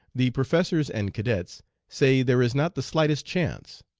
the professors and cadets say there is not the slightest chance.